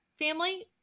family